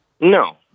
No